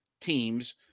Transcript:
teams